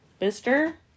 Mister